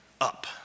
up